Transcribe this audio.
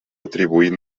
atribuir